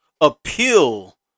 appeal